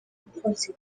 umukunzi